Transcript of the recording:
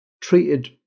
Treated